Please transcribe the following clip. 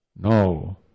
No